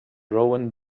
rowan